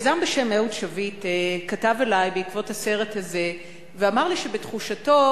יזם בשם אהוד שביט כתב אלי בעקבות הסרט הזה ואמר לי שבתחושתו,